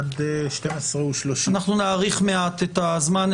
עד 12:30. אנחנו נאריך מעט את הזמן.